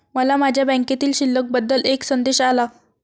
मला माझ्या बँकेतील शिल्लक बद्दल एक संदेश आला